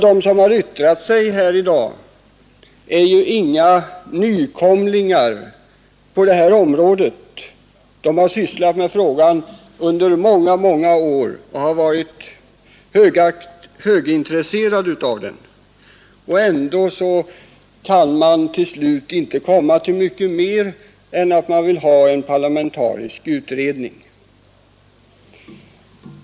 De som har yttrat sig i dag är inga nykomlingar på det här området, utan de har sysslat med frågan under många år och varit högintresserade av den — och ändå kan de till slut inte komma mycket längre än till en begäran om en parlamentarisk utredning.